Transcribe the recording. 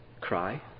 cry